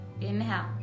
Inhale